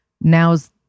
now's